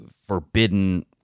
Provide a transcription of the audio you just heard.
forbidden